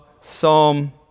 Psalm